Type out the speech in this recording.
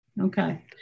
okay